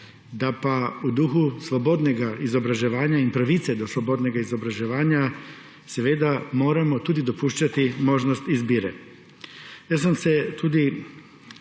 da pa v duhu svobodnega izobraževanja in pravice do svobodnega izobraževanja seveda moramo tudi dopuščati možnost izbire. Jaz sem se tudi